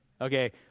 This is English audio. Okay